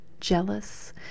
jealous